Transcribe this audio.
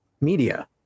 media